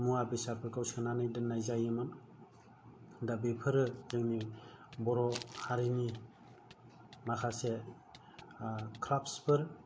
मुवा बेसादफोरखौ सोनानै दोननाय जायोमोन दा बेफोरो जोंनि बर' हारिनि माखासे क्राफ्टस फोर